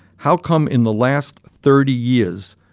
how come, in the last thirty years,